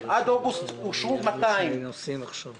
עד אוגוסט אושרו 200 בלבד.